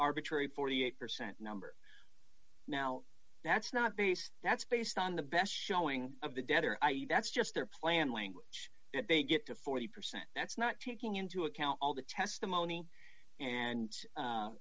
arbitrary forty eight percent number now that's not based that's based on the best showing of the debtor i e that's just their plan language they get to forty percent that's not taking into account all the testimony and